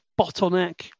bottleneck